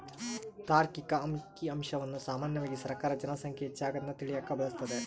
ತಾರ್ಕಿಕ ಅಂಕಿಅಂಶವನ್ನ ಸಾಮಾನ್ಯವಾಗಿ ಸರ್ಕಾರ ಜನ ಸಂಖ್ಯೆ ಹೆಚ್ಚಾಗದ್ನ ತಿಳಿಯಕ ಬಳಸ್ತದೆ